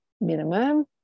minimum